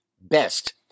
best